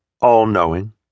all-knowing